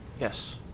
Yes